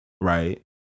right